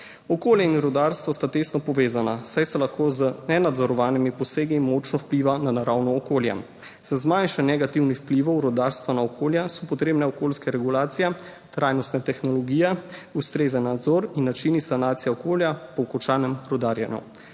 Okolje in rudarstvo sta tesno povezana, saj se lahko z nenadzorovanimi posegi močno vpliva na naravno okolje. Za zmanjšanje negativnih vplivov rudarstva na okolje so potrebne okoljske regulacije. Trajnostne tehnologije, ustrezen nadzor in način sanacije okolja po končanem rudarjenju.